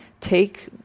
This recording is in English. take